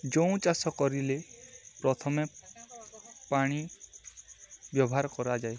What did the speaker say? ଯେଉଁ ଚାଷ କରିଲେ ପ୍ରଥମେ ପାଣି ବ୍ୟବହାର କରାଯାଏ